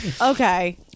Okay